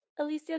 Alicia